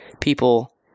people